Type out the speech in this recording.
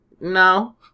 No